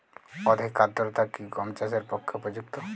অধিক আর্দ্রতা কি গম চাষের পক্ষে উপযুক্ত?